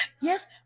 Yes